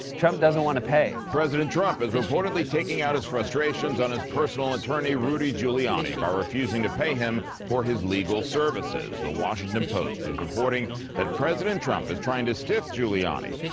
trump doesn't want to pay. president trump is reportedly taking out his frustrations on his personal attorney, rudy giuliani, by refusing to pay him for his legal services. the washington post is reporting that president trump is trying to stiff giuliani,